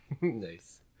nice